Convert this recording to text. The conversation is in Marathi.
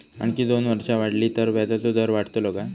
आणखी दोन वर्षा वाढली तर व्याजाचो दर वाढतलो काय?